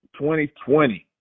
2020